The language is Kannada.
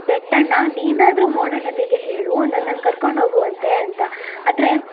ಬೆಟ್ಟಣ್ಣ ನೀನಾದ್ರು ಮೋಡಣ್ಣನಿಗೆ ಹೇಳು ನನ್ನನ್ನು ಕರ್ಕೊಂಡು ಹೋಗುವಂತೆ ಅಂತ ಆದ್ರೆ